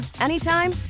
anytime